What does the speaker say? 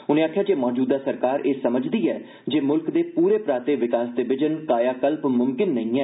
उनें आखेआ जे मौजूदा सरकार एह समझदी ऐ जे मुल्ख दे मुल्ख दे पूरे पराते विकास दे बिजन कायाकल्प मुमकिन नेई ऐ